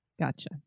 Gotcha